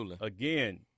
again